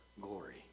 glory